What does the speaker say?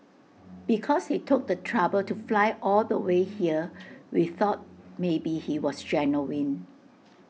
because he took the trouble to fly all the way here we thought maybe he was genuine